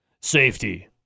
safety